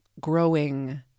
growing